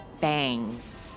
bangs